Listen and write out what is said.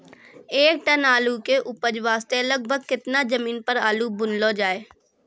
एक टन आलू के उपज वास्ते लगभग केतना जमीन पर आलू बुनलो जाय?